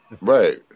Right